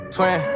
Twin